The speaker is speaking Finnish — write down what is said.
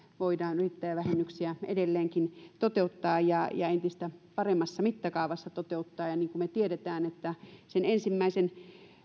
voidaan edelleenkin toteuttaa ja entistä paremmassa mittakaavassa toteuttaa ja niin kuin me tiedämme sen ensimmäisen